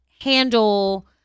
handle